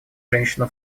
женщина